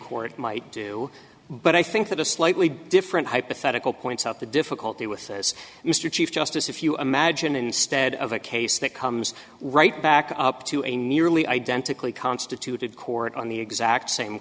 court might do but i think that a slightly different hypothetical points out the difficulty with this mr chief justice if you imagine instead of a case that comes right back up to a nearly identically constituted court on the exact same